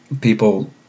People